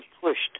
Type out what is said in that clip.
pushed